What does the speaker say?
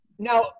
Now